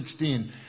16